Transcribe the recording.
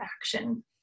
action